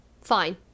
fine